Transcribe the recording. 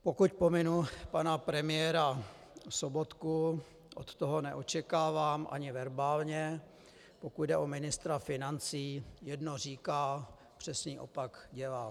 Pokud pominu pana premiéra Sobotku od toho neočekávám ani verbálně, pokud jde o ministra financí, jedno říká, přesný opak dělá.